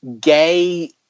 gay